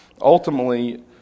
Ultimately